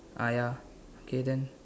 ah ya okay then